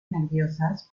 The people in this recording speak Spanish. nerviosas